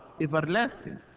everlasting